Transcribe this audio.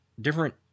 different